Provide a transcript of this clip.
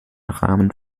rahmen